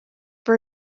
for